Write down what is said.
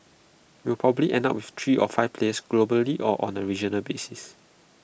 we will probably end up with three or five players globally or on A regional basis